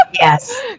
yes